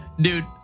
dude